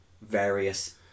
various